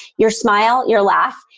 your smile, your laugh,